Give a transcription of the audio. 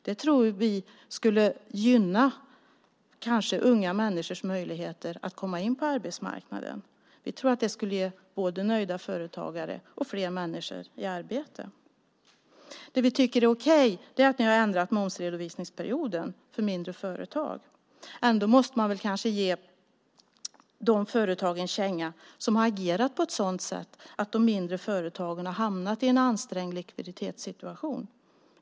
Det tror vi kanske skulle gynna unga människors möjligheter att komma in på arbetsmarknaden. Vi tror att det skulle ge både nöjda företagare och fler människor i arbete. Det vi tycker är okej är att ni har ändrat momsredovisningsperioden för mindre företag. Ändå måste man kanske ge de företag en känga som agerat på ett sådant sätt att de mindre företagen har hamnat i en ansträngd likviditetssituation.